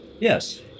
Yes